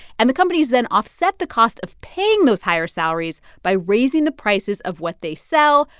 and the companies then offset the cost of paying those higher salaries by raising the prices of what they sell.